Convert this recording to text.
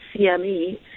CME